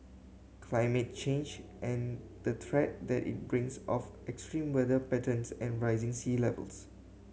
climate change and the threat that it brings of extreme weather patterns and rising sea levels